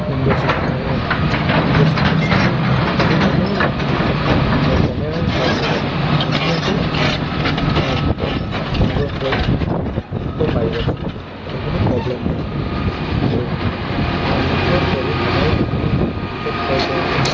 window seat window ছিটটো হ'লে আপুনি বাহিৰৰ মনোৰম দৃশ্যখিনি আপুনি নিজৰ কেমেৰাৰ জৰিয়তে ধুনীয়াকৈ সংগ্ৰহ কৰিব পাৰিব যাতে কোনো প্ৰব্লেম নহয় আৰু অনুগ্ৰহ কৰি সদায় আপুনি টিকেট ক্ৰয় কৰোঁতে